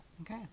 Okay